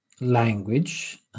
language